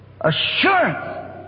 assurance